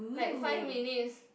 like five minutes